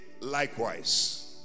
likewise